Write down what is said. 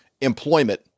employment